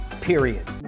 Period